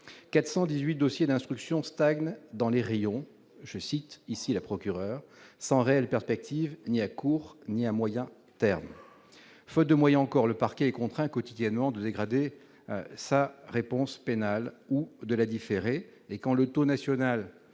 418 dossiers d'instruction stagnent dans les rayons, je cite ici la procureure sans réelle perspective ni à court ni à moyen terme, faute de moyens encore le parquet contraint quotidiennement ça réponse pénale ou de la différer et quand le taux national